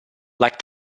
like